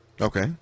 Okay